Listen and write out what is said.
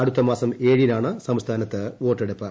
അടുത്ത മാസം ഏഴിനാണ് സംസ്ഥാനത്ത് വോട്ടെടുപ്പ്